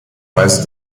weise